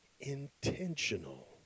intentional